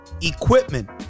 equipment